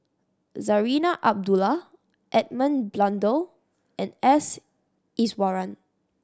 Zarinah Abdullah Edmund Blundell and S Iswaran